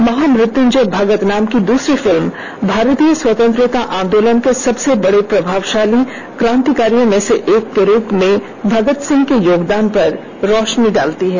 महामृत्युंजय भगत नाम की दूसरी फिल्म भारतीय स्वतंत्रता आंदोलन के सबसे प्रभावशाली क्रांतिकारियों में से एक के रूप में भगत सिंह के योगदान पर रोशनी डालती है